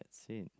same